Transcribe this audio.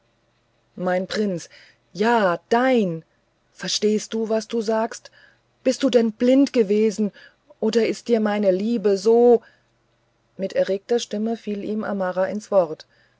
mein prinz ja dein verstehst du was du sagst bist du denn blind gewesen oder ist dir meine liebe so mit strenger stimme fiel ihm amara ins wort